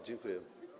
Dziękuję.